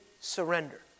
surrender